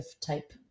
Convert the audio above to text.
type